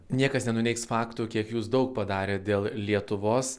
niekas nenuneigs fakto kiek jūs daug padarėt dėl lietuvos